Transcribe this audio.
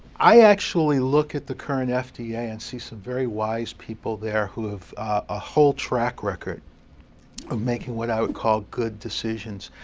i actually look at the current fda yeah and see some very wise people there who have a whole track record of making what i would call good decisions.